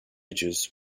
edges